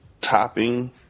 topping